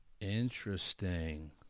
Interesting